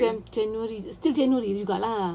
some january still january juga lah